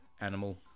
Animal